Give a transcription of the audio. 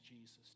Jesus